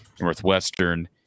Northwestern